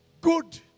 Good